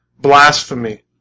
blasphemy